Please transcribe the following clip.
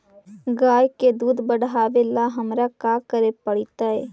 गाय के दुध बढ़ावेला हमरा का करे पड़तई?